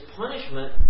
punishment